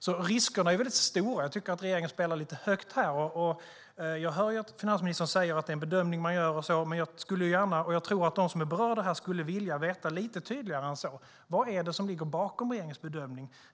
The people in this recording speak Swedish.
Riskerna är alltså väldigt stora. Jag tycker att regeringen spelar lite högt här. Jag hör att finansministern säger att det är en bedömning man gör. Men jag tror att de som är berörda skulle vilja få lite tydligare besked. Vad är det som ligger bakom regeringens bedömning?